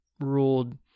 ruled